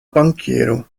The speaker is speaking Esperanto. bankiero